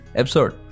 episode